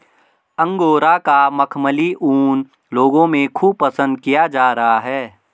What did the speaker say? angora का मखमली ऊन लोगों में खूब पसंद किया जा रहा है